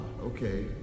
okay